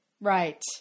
Right